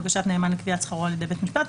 בקשת נאמן לקביעת שכרו על ידי בית המשפט.